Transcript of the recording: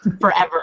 forever